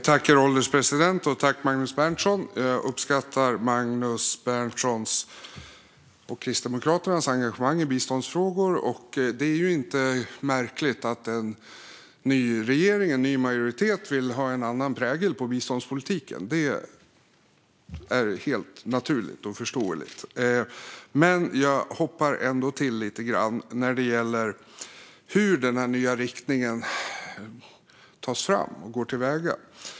Herr ålderspresident! Jag uppskattar Magnus Berntssons och Kristdemokraternas engagemang i biståndsfrågor. Det är inte märkligt att en ny regering och en ny majoritet vill ha en annan prägel på biståndspolitiken. Det är helt naturligt och förståeligt. Men jag hoppar ändå till lite grann över hur den nya riktningen tas fram och hur man går till väga.